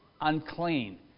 unclean